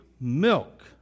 milk